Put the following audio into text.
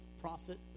prophet